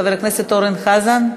חבר הכנסת אורן חזן,